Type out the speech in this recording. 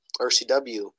RCW